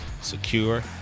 secure